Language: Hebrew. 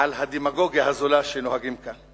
על הדמגוגיה הזולה שנוהגים כאן.